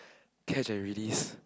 catch and release